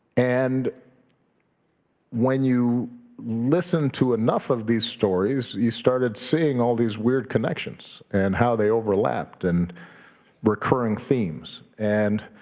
and when you listen to enough of these stories, you started seeing all these weird connections and how they overlapped and recurring themes. and